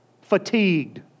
fatigued